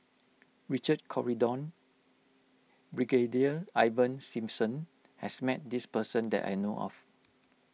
Richard Corridon Brigadier Ivan Simson has met this person that I know of